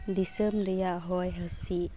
ᱫᱤᱥᱚᱢ ᱨᱮᱭᱟ ᱦᱚᱭ ᱦᱤᱥᱤᱫ